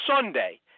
Sunday